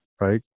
Right